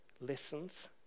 listens